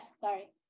sorry